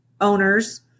owners